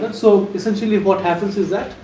but so, essentially what happens is that